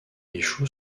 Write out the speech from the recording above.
échoue